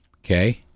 okay